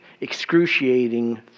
excruciating